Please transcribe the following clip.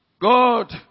God